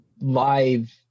live